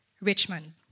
Richmond